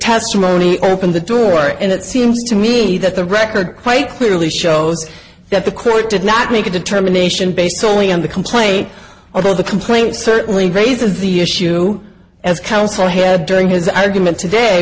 testimony opened the door and it seems to me that the record quite clearly shows that the court did not make a determination based solely on the complaint although the complaint certainly raises the issue as counsel head during his argument today